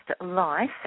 life